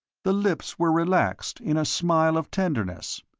the lips were relaxed in a smile of tenderness.